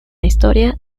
historia